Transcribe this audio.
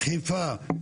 חיפה,